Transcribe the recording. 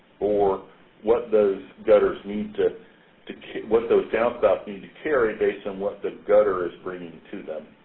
or what those gutters need to to what those downspouts need to carry based on what the gutter is bringing to them.